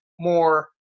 more